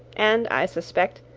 and, i suspect,